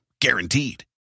Guaranteed